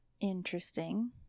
Interesting